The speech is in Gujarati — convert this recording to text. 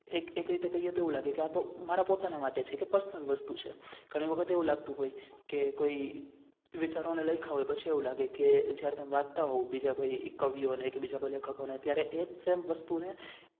એક એક રીતે કહીએ તો એવું લાગે કે આતો મારા પોતાના માટે છે કે પર્સનલ વસ્તુ છે ઘણી વખત એવું લાગતું હોય કે કોઈ વિચારોને લખ્યાં હોય પછી એવું લાગે કે જ્યારે તમે વાંચતાં હો બીજા કોઈ કવિઓને કે બીજા કોઈ લેખકોને ત્યારે એજ સેમ વસ્તુને